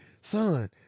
son